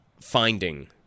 finding